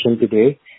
today